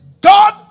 God